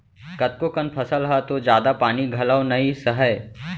कतको कन फसल ह तो जादा पानी घलौ ल नइ सहय